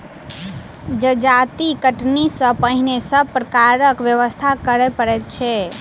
जजाति कटनी सॅ पहिने सभ प्रकारक व्यवस्था करय पड़ैत छै